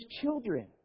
children